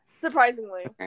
Surprisingly